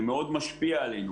זה מאוד משפיע עלינו,